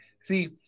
see